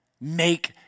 make